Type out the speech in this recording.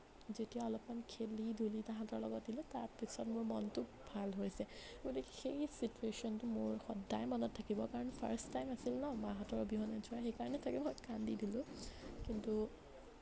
যেতিয়া অলপমান খেলি ধূলি তাহাঁতৰ লগত দিলোঁ তাৰপিছত মোৰ মনটো ভাল হৈছে গতিকে সেই চিটুয়েশ্যনটো মোৰ সদায় মনত থাকিব কাৰণ ফাৰ্ষ্ট টাইম আছিল ন মাহঁতৰ অবিহনে যোৱা সেইকাৰণে চাগে মই কান্দি দিলোঁ কিন্তু